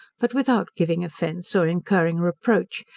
but without giving offence, or incurring reproach,